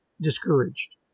discouraged